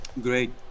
great